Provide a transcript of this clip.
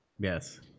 Yes